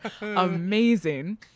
amazing